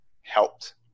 helped